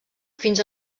fins